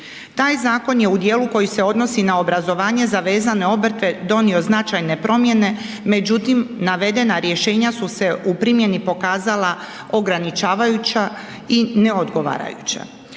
Taj zakon je u dijelu koji se odnosi za obrazovanje za vezane obrte donio značajne promjene, međutim navedena rješenja su se u primjeni pokazala ograničavajuća i ne odgovarajuća.